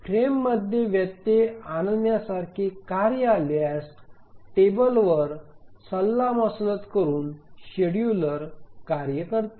फ्रेममध्ये व्यत्यय आणण्यासारखे कार्य आल्यास टेबलवर सल्लामसलत करुन शेड्यूलर कार्य करते